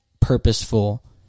purposeful